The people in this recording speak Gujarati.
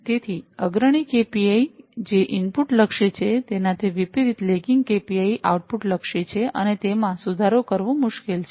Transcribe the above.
તેથી અગ્રણી કેપીઆઈ જે ઇનપુટ લક્ષી છે તેનાથી વિપરીત લેગિંગ કેપીઆઈ આઉટપુટ લક્ષી છે અને તેમાં સુધારો કરવો મુશ્કેલ છે